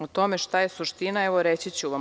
O tome šta je suština, evo reći ću vam.